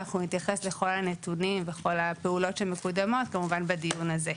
נתייחס לכל הנתונים ולכל הפעולות שמקודמות כמובן בדיון הזה.